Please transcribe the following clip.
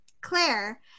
Claire